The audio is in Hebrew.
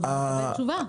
אבל זו תשובה.